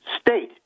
State